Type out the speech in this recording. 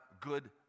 good